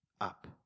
up